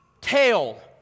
tail